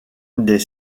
des